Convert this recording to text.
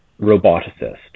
roboticist